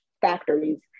factories